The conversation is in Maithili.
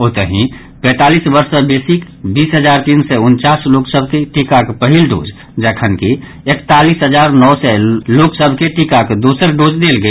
ओतहि पैंतालीस वर्ष सँ बेसीक बीस हजार तीन सय उनचास लोक सभ के टीकाक पहिल डोज जखनकि एकातालीस हजार नओ सय लोक सभ के टीकाक दोसर डोज देल गेल